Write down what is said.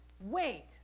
wait